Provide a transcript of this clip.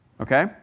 okay